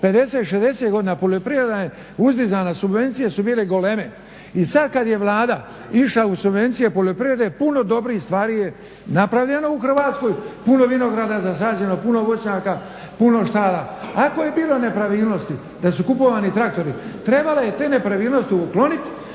59, 60 godina poljoprivreda je uzdizana, subvencije su bile goleme. I sad kad je Vlada išla u subvencije poljoprivrede puno dobrih stvari je napravljeno u Hrvatskoj, puno vinograda zasađeno, puno voćnjaka, puno štala. Ako je bilo nepravilnosti, kad su kupovani traktori trebalo je te nepravilnosti ukloniti,